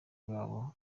babo